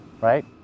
right